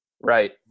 Right